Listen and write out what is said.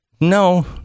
No